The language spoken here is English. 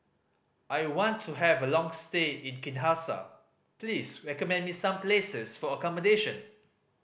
I want to have a long stay in Kinshasa please recommend me some places for accommodation